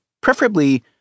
preferably